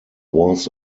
was